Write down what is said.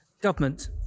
government